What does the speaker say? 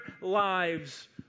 lives